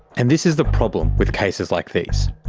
and this is the problem with cases like these.